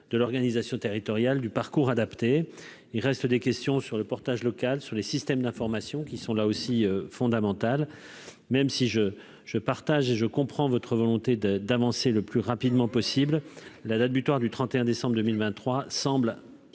de l'organisation territoriale du parcours adaptés, il reste des questions sur le portage locales sur les systèmes d'information, qui sont là aussi fondamental, même si je je partage et je comprends votre volonté de d'avancer le plus rapidement possible la date butoir du 31 décembre 2023 semble